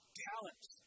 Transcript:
talents